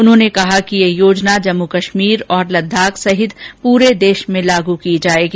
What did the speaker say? उन्होंने कहा कि यह योजना जम्मू कश्मीर और लददाख सहित पूरे देश में लागू की जाएगी